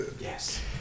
Yes